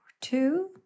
two